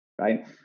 right